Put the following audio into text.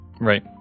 Right